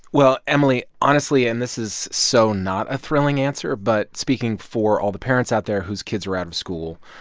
well, emily, honestly, and this is so not a thrilling answer, but speaking for all the parents out there whose kids are out of school,